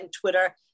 Twitter